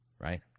Right